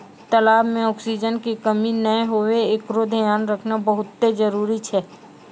तलाब में ऑक्सीजन के कमी नै हुवे एकरोॅ धियान रखना बहुत्ते जरूरी छै